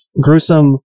gruesome